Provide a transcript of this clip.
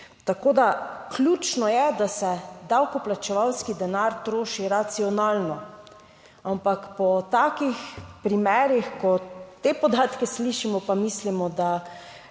Tako da ključno je, da se davkoplačevalski denar troši racionalno. Ampak po takih primerih, ko te podatke slišimo, pa mislimo, da